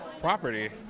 property